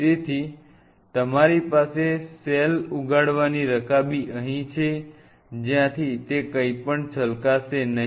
તેથી તમારી પાસે સેલ ઉગાડવાની રકાબી અહીં છે જ્યાંથી તે કંઈપણ છલકાશે નહીં